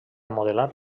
modelar